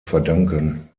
verdanken